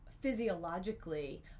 physiologically